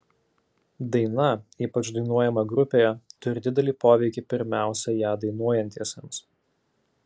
daina ypač dainuojama grupėje turi didelį poveikį pirmiausia ją dainuojantiesiems